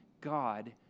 God